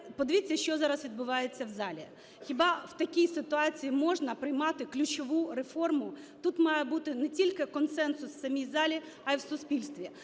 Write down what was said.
подивіться що зараз відбувається в залі. Хіба в такій ситуації можна приймати ключову реформу? Тут має бути не тільки консенсус в самій залі, а й в суспільстві.